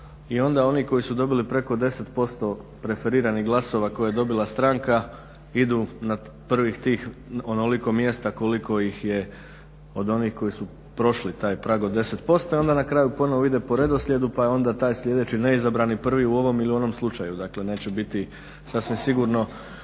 i onda oni koji su dobili preko 10% preferiranih glasova koje je dobila stranka idu na prvih tih onoliko mjesta koliko ih je od onih koji su prošli taj prag od 10% i onda na kraju ponovo ide po redoslijedu pa je onda taj sljedeći neizabrani prvi u ovom ili onom slučaju. Dakle, neće biti sasvim sigurno